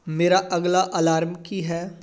ਮੇਰਾ ਅਗਲਾ ਅਲਾਰਮ ਕੀ ਹੈ